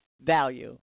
value